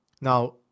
Now